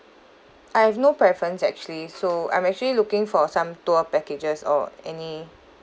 I have no preference actually so I'm actually looking for some tour packages or any